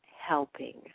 helping